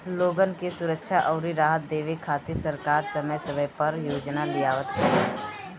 लोगन के सुरक्षा अउरी राहत देवे खातिर सरकार समय समय पअ योजना लियावत बिया